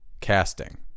casting